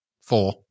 four